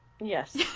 Yes